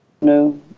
No